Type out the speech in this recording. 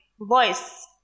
voice